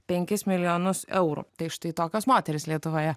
penkis milijonus eurų tai štai tokios moterys lietuvoje